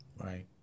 Right